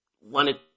wanted